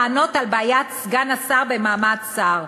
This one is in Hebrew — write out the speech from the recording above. לענות על בעיית סגן השר במעמד שר.